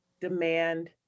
demand